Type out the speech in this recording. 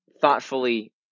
thoughtfully